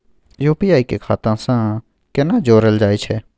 UPI के खाता सं केना जोरल जाए छै?